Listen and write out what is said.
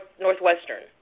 Northwestern